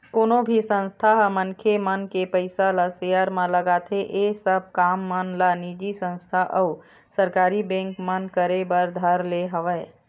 कोनो भी संस्था ह मनखे मन के पइसा ल सेयर म लगाथे ऐ सब काम मन ला निजी संस्था अऊ सरकारी बेंक मन करे बर धर ले हवय